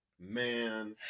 man